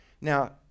Now